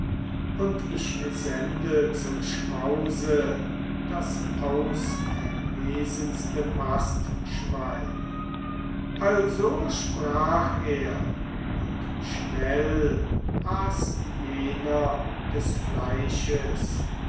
und ich sende zum schmause das auserlesenste mastschwein also sprach er und schnell aß jener des fleisches